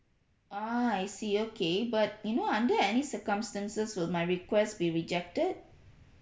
ah I see okay but you know under any circumstances will my request be rejected